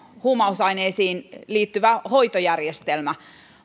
huumausaineisiin liittyvä hoitojärjestelmä